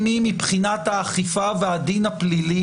מפסיקים לרוץ אחרי הדגלים,